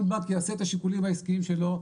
כל בנק יעשה את השיקולים העיסקיים שלו,